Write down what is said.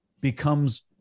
becomes